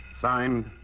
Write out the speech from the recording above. Signed